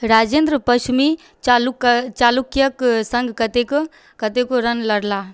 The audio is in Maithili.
राजेन्द्र पच्छिमी चालुक्य चालुक्यके सङ्ग कतेक कतेको रण लड़लाह